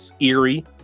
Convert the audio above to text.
Eerie